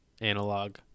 analog